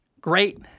great